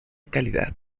calidad